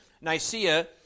Nicaea